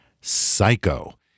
Psycho